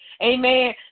Amen